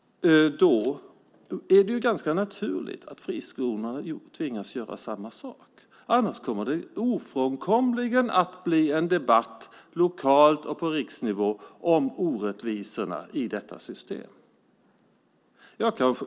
Då är det ganska naturligt att friskolorna tvingas göra samma sak, annars kommer det ofrånkomligen att bli en debatt lokalt och på riksnivå om orättvisorna i detta system.